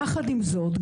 יחד עם זאת,